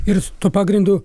ir tuo pagrindu